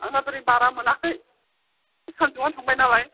आंहा दिनै बारा मोनाखै सान्दुंआनो थांबाय नालाय